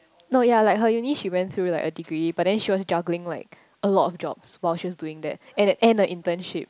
no yea like her uni she went to like a Degree but then she was juggling like a lot of jobs while she's doing that and that end the internship